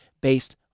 based